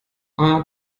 are